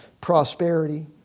prosperity